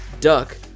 duck